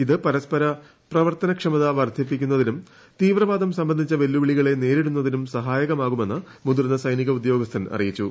ഇത് പരസ്പരപ്രവർത്തനക്ഷമത വർദ്ധിപ്പിക്കുന്നതിനും തീവ്രവാദം സംബന്ധിച്ച വെല്ലുവിളികളെ നേരിട്ടുന്നതിനും സഹായകമാകുമെന്ന് മുതിർന്ന സൈനിക ഉദ്യോഗസ്ഥൻ അറിയിച്ചു